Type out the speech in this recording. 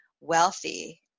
wealthy